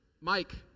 Mike